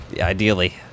Ideally